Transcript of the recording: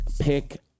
pick